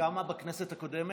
וכמה בכנסת הקודמת?